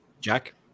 jack